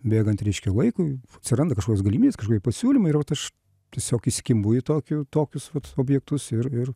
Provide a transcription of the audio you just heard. bėgant reiškia laikui atsiranda kažkokios galimybės kažkokie pasiūlymai ir vat aš tiesiog įsikimbu į tokiu tokius objektus ir ir